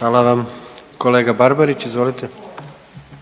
**Jandroković, Gordan (HDZ)** Kolega Barbarić, izvolite.